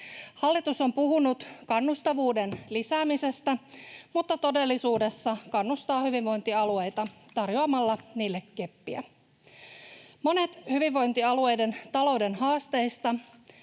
Hallitus on puhunut kannustavuuden lisäämisestä mutta todellisuudessa kannustaa hyvinvointialueita tarjoamalla niille keppiä. Monet hyvinvointialueiden talouden haasteista